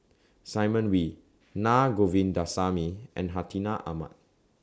Simon Wee Na Govindasamy and Hartinah Ahmad